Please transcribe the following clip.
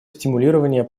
стимулирования